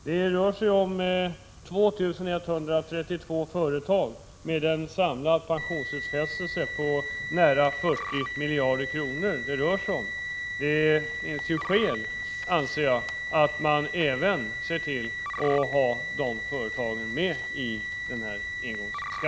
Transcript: Det rör sig om 2 132 företag med en samlad pensionsutfästelse på nära 40 miljarder kronor. Jag anser att det finns skäl att se till att dessa företag omfattas av engångsskatten.